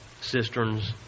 cisterns